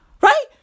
right